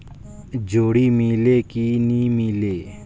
जोणी मीले कि नी मिले?